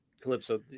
calypso